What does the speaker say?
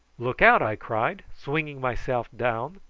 look out! i cried, swinging myself down,